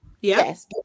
Yes